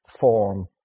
form